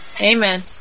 Amen